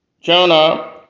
Jonah